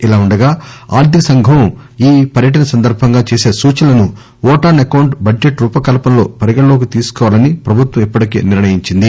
ఇలా ఉండగా ఆర్దిక సంఘం ఈ పర్యటన సందర్బంగా చేస సూచనలను ఓటాస్ అంకౌట్ బడ్జెట్ రూపకల్పన లో పరిగణన లోకి తీసుకోవాలని ప్రభుత్వం ఇప్పటికే నిర్ణయించింది